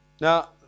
Now